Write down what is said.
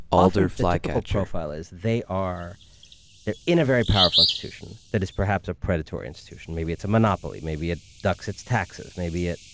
often the typical profile is they are in a very powerful institution that is perhaps a predatory institution. maybe it's a monopoly, maybe it ducks its taxes, maybe it,